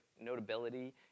notability